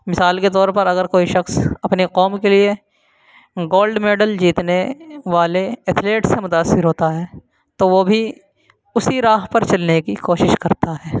مثال کے طور پر اگر کوئی شخص اپنے قوم کے لیے گولڈ میڈل جیتنے والے ایتھلیٹ سے متاثر ہوتا ہے تو وہ بھی اسی راہ پر چلنے کی کوشش کرتا ہے